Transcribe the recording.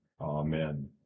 Amen